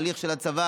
הליך של הצבא?